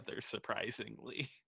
surprisingly